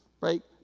right